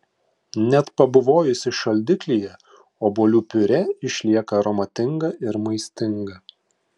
net pabuvojusi šaldiklyje obuolių piurė išlieka aromatinga ir maistinga